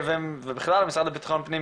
ובכלל המשרד לביטחון פנים,